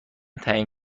تعیین